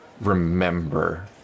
remember